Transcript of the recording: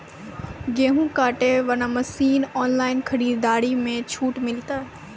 गेहूँ काटे बना मसीन ऑनलाइन खरीदारी मे छूट मिलता?